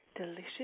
delicious